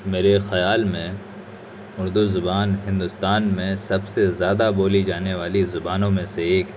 میرے خیال میں اردو زبان ہندوستان میں سب سے زیادہ بولی جانے والی زبانوں میں سے ایک